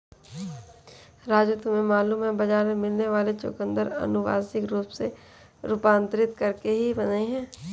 राजू तुम्हें मालूम है बाजार में मिलने वाले चुकंदर अनुवांशिक रूप से रूपांतरित करके ही बने हैं